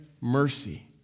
Mercy